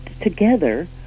together